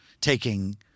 taking